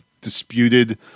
disputed